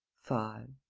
five.